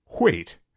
Wait